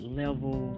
level